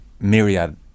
myriad